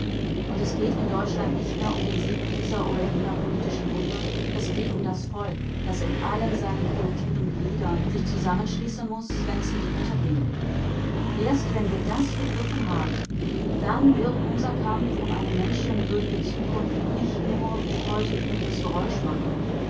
und es geht in deutschland nicht mehr um den sieg dieser oder jener politischen gruppe es geht um das volk das in allen seinen produktiven gliedern sich zusammenschließen muß wenn es nicht untergehen will erst wenn wir das begriffen haben dann wird unser kampf um eine menschenwürdige zukunft nicht nur wie heute übles geräusch machen